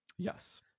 Yes